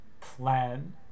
plan